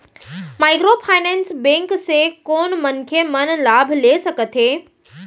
Microfinance bank से कोन मनखे मन लाभ ले सकथे?